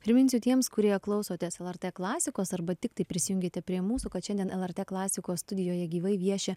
priminsiu tiems kurie klausotės lrt klasikos arba tiktai prisijunkite prie mūsų kad šiandien lrt klasikos studijoje gyvai vieši